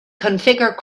configure